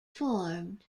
formed